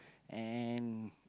and